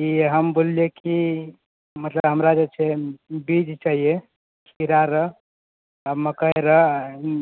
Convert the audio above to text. की हम बोललियै की मतलब हमरा जे छै बीज चाहिये खीरा र मकइ र